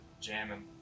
jamming